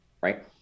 right